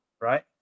right